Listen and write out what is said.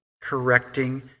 correcting